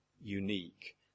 unique